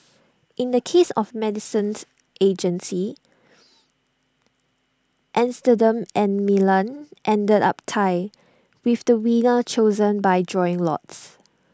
in the case of the medicines agency Amsterdam and Milan ended up tied with the winner chosen by drawing lots